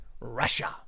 Russia